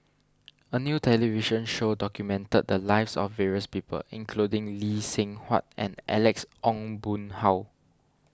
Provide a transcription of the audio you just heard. a new television show documented the lives of various people including Lee Seng Huat and Alex Ong Boon Hau